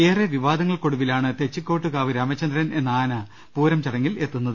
ഏറെ വിവാദങ്ങൾക്ക് ഒടുവിലാണ് തെച്ചിക്കോട്ട്കാവ് രാമചന്ദ്രൻ എന്ന് ആന പൂരം ചടങ്ങിൽ എത്തുന്നത്